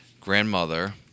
grandmother